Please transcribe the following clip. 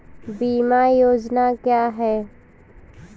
बीमा योजना क्या है?